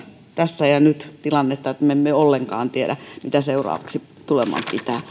tässä ja nyt tilannetta että me emme ollenkaan tiedä mitä seuraavaksi tuleman pitää